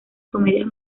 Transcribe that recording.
comedias